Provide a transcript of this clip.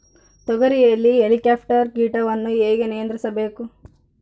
ತೋಗರಿಯಲ್ಲಿ ಹೇಲಿಕವರ್ಪ ಕೇಟವನ್ನು ಹೇಗೆ ನಿಯಂತ್ರಿಸಬೇಕು?